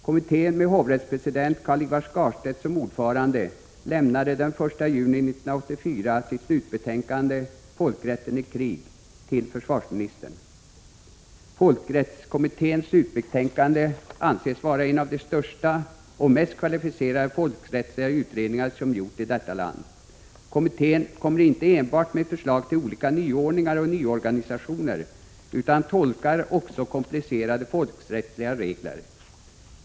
Kommittén med hovrättspresident Carl-Ivar Skarstedt som ordförande lämnade den 1 juni 1984 sitt slutbetänkande, Folkrätten i krig, till försvarsministern. Folkrättskommitténs slutbetänkande anses vara en av de största och mest kvalificerade folkrättsliga utredningar som gjorts i detta land. Kommittén kommer inte enbart med förslag till olika nyordningar och nyorganisationer utan tolkar också komplicerade folkrättsliga regler.